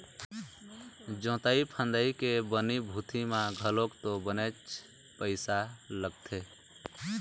जोंतई फंदई के बनी भूथी म घलोक तो बनेच पइसा लगथे